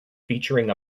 featuring